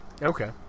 Okay